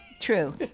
true